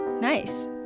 Nice